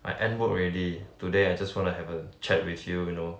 I end work already today I just wanna have a chat with you you know